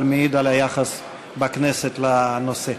אבל מעיד על היחס בכנסת לנושא.